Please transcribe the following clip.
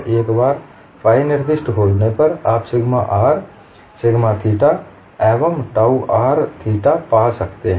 एक बार फाई निर्दिष्ट होने पर आप सिग्मा r सिग्मा थीटा एवं टाउ r थीटा पा सकते हैं